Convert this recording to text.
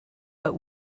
but